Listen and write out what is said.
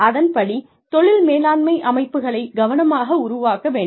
அதன்படி தொழில் மேலாண்மை அமைப்புகளைக் கவனமாக உருவாக்க வேண்டும்